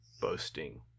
boasting